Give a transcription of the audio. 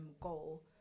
goal